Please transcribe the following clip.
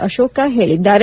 ಅಶೋಕ ಹೇಳಿದ್ದಾರೆ